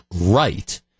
right